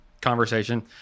conversation